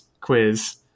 quiz